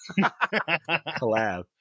collab